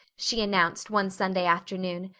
she announced one sunday afternoon.